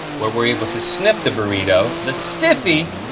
where we're able to sniff the burrito, the stiffy,